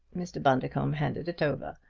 mr. bundercombe handed it over.